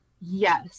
Yes